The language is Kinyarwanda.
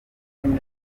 n’imwe